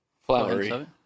Flowery